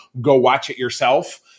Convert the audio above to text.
go-watch-it-yourself